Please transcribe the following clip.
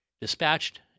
dispatched